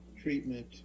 treatment